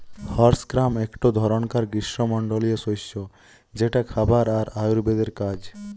horse gram একটো ধরণকার গ্রীস্মমন্ডলীয় শস্য যেটা খাবার আর আয়ুর্বেদের কাজ